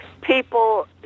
People